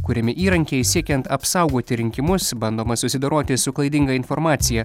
kuriami įrankiai siekiant apsaugoti rinkimus bandoma susidoroti su klaidinga informacija